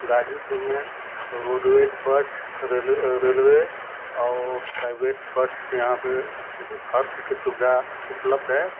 गाज़ीपुर में roadways bus rail railway और private बछ यहाँ पर मतलब हर चीज़ की सुविधा उपलब्ध है